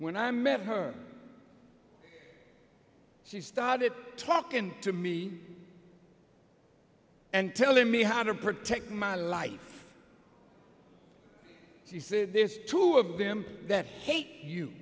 when i met her she started talking to me and telling me how to protect my life she said this two of them that hate you